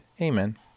Amen